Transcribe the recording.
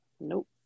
Nope